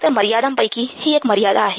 तर मर्यादांपैकी ही एक मर्यादा आहे